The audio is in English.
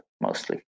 mostly